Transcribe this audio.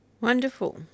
Wonderful